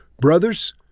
Brothers